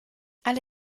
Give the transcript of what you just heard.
alle